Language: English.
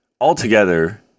altogether